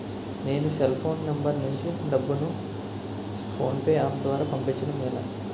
నేను cell phone number నుంచి డబ్బును ను ఫోన్పే అప్ ద్వారా పంపించడం ఎలా?